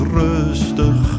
rustig